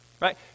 right